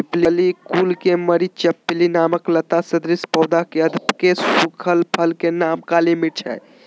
पिप्पली कुल के मरिचपिप्पली नामक लता सदृश पौधा के अधपके सुखल फल के नाम काली मिर्च हई